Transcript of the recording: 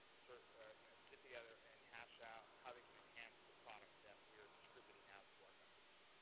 so you know, sit together and hash out how they can enhance the product that we are distributing out to our customers.